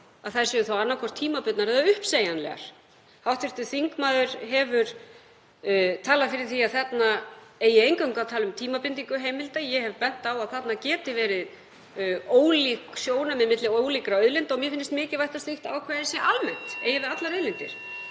að þær séu þá annaðhvort tímabundnar eða uppsegjanlegar. Hv. þingmaður hefur talað fyrir því að þarna eigi eingöngu að tala um tímabindingu heimilda. Ég hef bent á að þarna geti verið ólík sjónarmið milli ólíkra auðlinda og mér finnist mikilvægt að slíkt ákvæði sé almennt, eigi við um allar auðlindir.